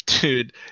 Dude